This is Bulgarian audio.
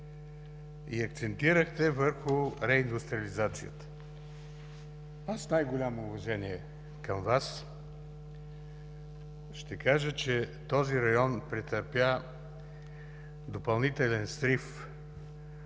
Акцентирахте върху реиндустриализацията. С най-голямо уважение към Вас ще кажа, че този район претърпя допълнителен срив